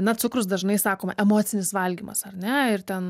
na cukrus dažnai sakoma emocinis valgymas ar ne ir ten